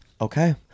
okay